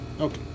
Okay